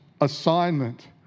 assignment